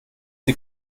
sie